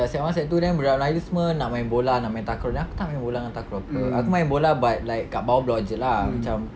sec one sec two budak melayu semua nak main boleh nak main takraw then aku tak main bola dengan takraw apa aku main bola but like kat bawah blok jer lah macam